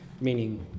Meaning